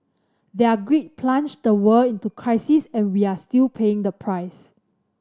their greed plunged the world into crisis and we are still paying the price